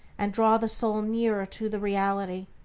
and draw the soul nearer to the reality,